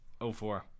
04